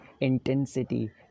intensity